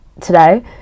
today